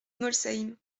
molsheim